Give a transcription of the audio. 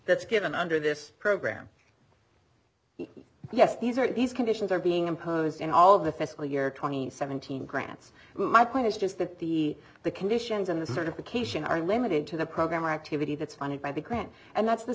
that's given under this program yes these are these conditions are being imposed in all of the fiscal year twenty seventeen grants my point is just that the the conditions in the certification are limited to the program or activity that's funded by the grant and that's the